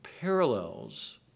parallels